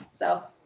so.